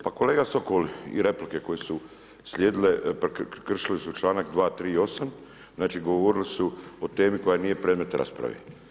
Pa kolega Sokol i replike koje su slijedile kršile su članak 238. znači govorili su o temi koja nije predmet rasprave.